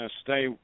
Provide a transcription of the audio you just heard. stay